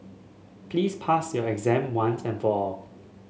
please pass your exam once and for all